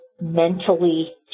mentally